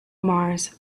mars